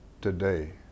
Today